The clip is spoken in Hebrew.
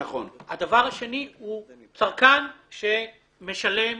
הדבר השני הוא צרכן שמשלם,